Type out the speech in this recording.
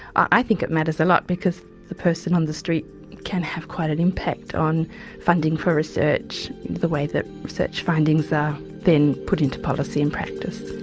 i think it matters a lot because the person on the street can have quite an impact on funding for research the way that research findings are then put into policy and practice.